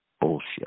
bullshit